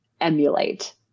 emulate